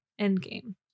endgame